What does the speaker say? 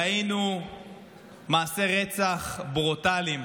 ראינו מעשי רצח ברוטליים,